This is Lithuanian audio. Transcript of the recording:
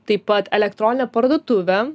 taip pat elektronine parduotuve